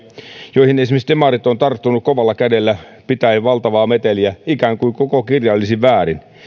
joihin esimerkiksi demarit ovat tarttuneet kovalla kädellä pitäen valtavaa meteliä ikään kuin koko kirja olisi väärin